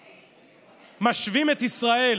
בו משווים את ישראל